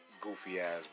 goofy-ass